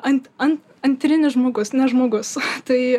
ant an antrinis žmogus ne žmogus tai